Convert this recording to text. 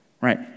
right